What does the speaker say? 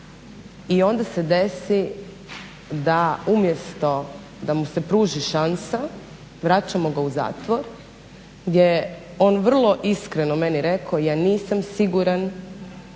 I onda se desi da umjesto da mu se pruži šansa vraćamo ga u zatvor, gdje on vrlo iskreno meni rekao: "Ja nisam siguran